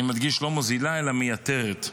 אני מדגיש, לא מוזילה, אלא מייתרת.